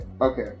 Okay